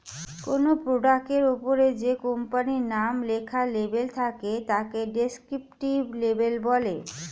কোনো প্রোডাক্টের ওপরে যে কোম্পানির নাম লেখা লেবেল থাকে তাকে ডেসক্রিপটিভ লেবেল বলে